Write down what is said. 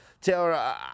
Taylor